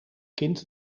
kind